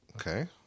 okay